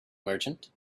merchant